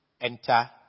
Enter